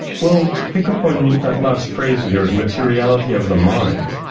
well to pick up on that last phrase of yours, materiality of the mind,